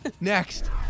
Next